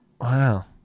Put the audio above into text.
Wow